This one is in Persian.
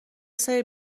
سری